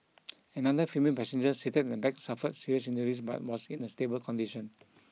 another female passenger seated in the back suffered serious injuries but was in a stable condition